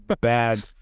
bad